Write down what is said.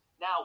Now